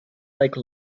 like